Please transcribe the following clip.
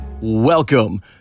Welcome